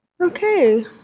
Okay